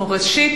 ראשית,